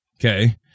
okay